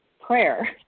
prayer